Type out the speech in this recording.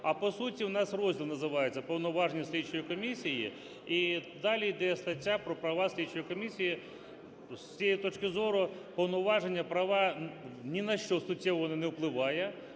А по суті в нас розділ називається "Повноваження слідчої комісії" і далі йде стаття про права слідчої комісії. З цієї точки зору "повноваження", "права" - ні на що суттєво воно не впливає.